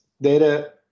data